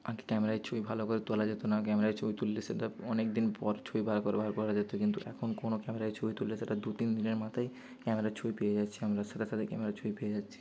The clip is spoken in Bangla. আগে ক্যামেরায় ছবি ভালো করে তোলা যেত না ক্যামেরায় ছবি তুললে সেটা অনেক দিন পর ছবি বার করবার করা যেত কিন্তু এখন কোনো ক্যামেরায় ছবি তুললে সেটা দু তিন দিনের মাথায় ক্যামেরার ছবি পেয়ে যাচ্ছি আমরা সাতে সাতেই ক্যামেরার ছবি পেয়ে যাচ্ছি